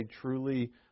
truly